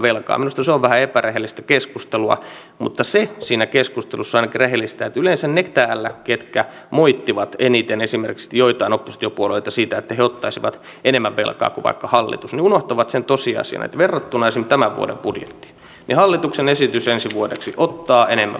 minusta se on vähän epärehellistä keskustelua mutta se siinä keskustelussa on ainakin rehellistä että yleensä ne täällä jotka moittivat eniten esimerkiksi joitain oppositiopuolueita siitä että nämä ottaisivat enemmän velkaa kuin vaikka hallitus unohtavat sen tosiasian että verrattuna esimerkiksi tämän vuoden budjettiin hallitus ensi vuodeksi ottaa enemmän velkaa